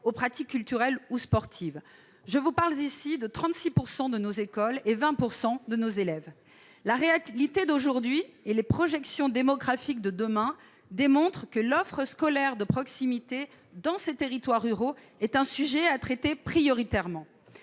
de pratique culturelle ou sportive. Je parle ici de 36 % de nos écoles et de 20 % de nos élèves. La réalité d'aujourd'hui et les projections démographiques pour demain démontrent que l'offre scolaire de proximité dans ces territoires ruraux est un sujet à traiter prioritairement.